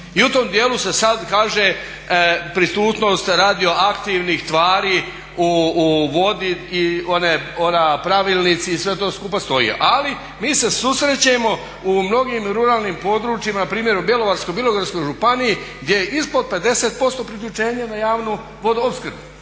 i u tom djelu se sad kaže prisutnost radioaktivnih tvari u vodi i oni pravilnici i sve to skupa stoji, ali mi se susrećemo u mnogim ruralnim područjima npr. u Bjelovarsko-bilogorskoj županiji gdje je ispod 50% priključenje na javnu vodoopskrbu,